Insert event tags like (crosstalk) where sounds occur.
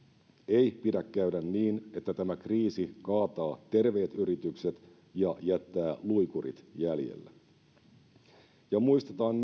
ei pidä käydä niin että tämä kriisi kaataa terveet yritykset ja jättää luikurit jäljelle ja muistetaan (unintelligible)